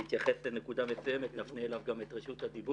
להפנות אליהם שאלות שיעלו.